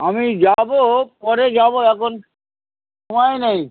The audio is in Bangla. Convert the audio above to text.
আমি যাবো পরে যাবো এখন সময় নেই